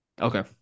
Okay